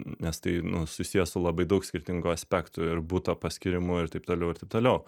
nes tai nu susiję su labai daug skirtingų aspektų ir buto paskyrimu ir taip toliau toliau